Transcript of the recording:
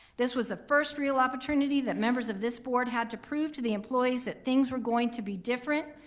this was the first real opportunity that members of this board had to prove to the employees that things were going to be different.